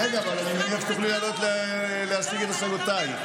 רגע, אבל מייד תוכלי לעלות ולהשיג את השגותייך.